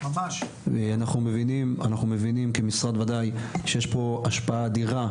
אנחנו מבינים כמשרד ודאי שיש פה השפעה אדירה,